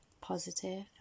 positive